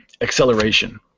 acceleration